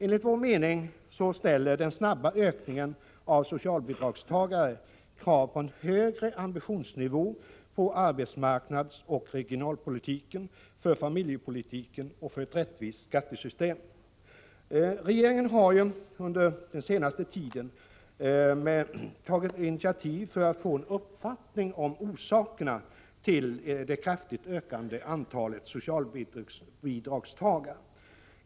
Enligt vår mening ställer den snabba ökningen av antalet socialbidragstagare krav på en högre ambitionsnivå för arbetsmarknadsoch regionalpolitiken, för familjepolitiken och för rättvisan i skattesystemet. Regeringen har under den senaste tiden tagit initiativ för att få en uppfattning om orsakerna till det kraftigt ökade antalet socialbidragstagare.